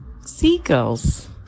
seagulls